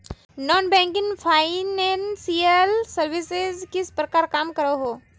Non banking financial services किस प्रकार काम करोहो?